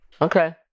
Okay